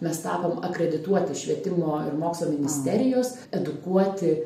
nes tapom akredituoti švietimo ir mokslo ministerijos edukuoti